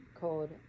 called